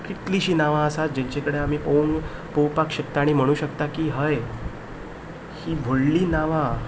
कितलींशीं नांवां आसात जेचे कडेन आमी ओन पळोवपाक शकता आनी म्हणू शकता की हय ही व्हडलीं नांवां